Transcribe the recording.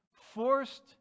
forced